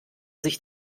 sich